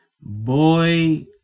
boy